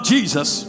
Jesus